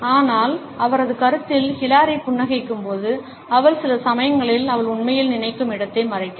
ஆனால் அவரது கருத்தில் ஹிலாரி புன்னகைக்கும்போது அவள் சில சமயங்களில் அவள் உண்மையில் நினைக்கும் இடத்தை மறைக்கிறாள்